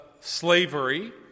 slavery